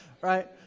Right